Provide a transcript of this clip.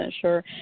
sure